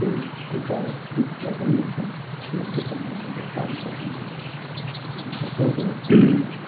त्यो कुखुरालाई पनि एकदम सुरक्षितसँगले हामीले पाल्नु सकिन्छौँ जस्तो अब